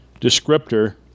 descriptor